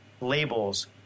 labels